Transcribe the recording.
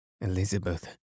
Elizabeth